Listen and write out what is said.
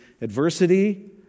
adversity